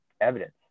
evidence